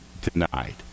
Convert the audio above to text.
denied